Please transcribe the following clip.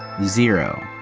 zero,